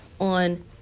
on